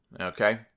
Okay